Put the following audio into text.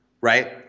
right